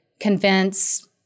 convince